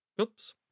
Oops